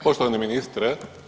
Poštovani ministre.